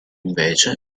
invece